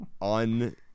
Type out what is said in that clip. On